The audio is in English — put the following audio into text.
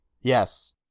yes